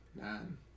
Nine